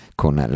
con